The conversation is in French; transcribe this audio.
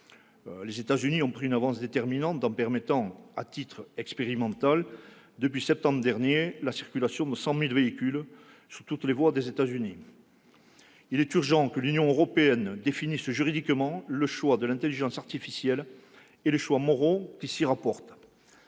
les États-Unis ont pris une avance déterminante en permettant à titre expérimental, depuis septembre dernier, la circulation de 100 000 véhicules sur toutes les voies -, il est urgent que l'Union européenne fasse juridiquement le choix de l'intelligence artificielle et tranche les choix moraux qui s'y rapportent.